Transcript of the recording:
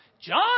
John